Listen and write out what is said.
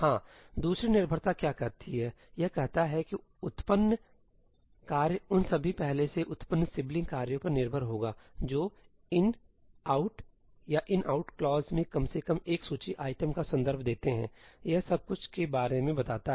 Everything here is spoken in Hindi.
हाँ दूसरी निर्भरता क्या कहती है यह कहता है कि उत्पन्न कार्य उन सभी पहले से उत्पन्न सिबलिंग कार्यों पर निर्भर होगा जो 'in"out' या 'inout 'क्लॉज में कम से कम एक सूची आइटम का संदर्भ देते हैं यह सब कुछ के बारे में बताता हैसही